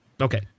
Okay